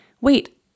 wait